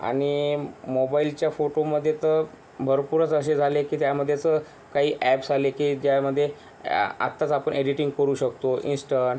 आणि मोबाईलच्या फोटोमध्ये तर भरपूरच असे झाले की त्यामध्ये तर काही ॲप्स आले की ज्यामध्ये आत्ताच आपण एडिटिंग करू शकतो इन्स्टंट